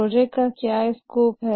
project का क्या scope है